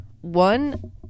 one